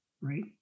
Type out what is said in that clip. Right